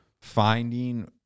finding